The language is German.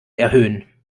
erhöhen